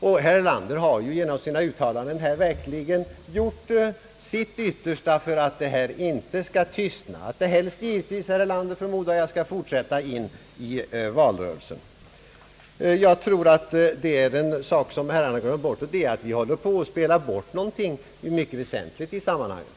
Herr Erlander har genom sina uttalanden i dag gjort sitt yttersta för att detta inte skall tystna utan helst, förmodar jag, fortsätta in i valrörelsen. Jag tror att det är en sak som herrarna glömmer bort: att vi håller på att spela bort någonting mycket väsentligt i sammanhanget.